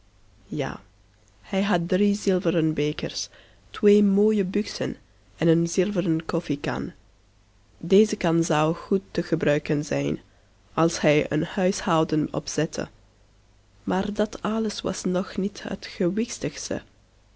ja hij had drie zilveren bekers twee mooie buksen en een zilveren koffiekan deze kan zou goed te gebruiken zijn als hij een huishouden opzette maar dat alles was nog niet het